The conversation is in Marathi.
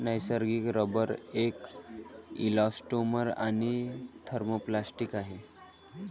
नैसर्गिक रबर एक इलॅस्टोमर आणि थर्मोप्लास्टिक आहे